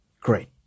Great